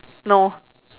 no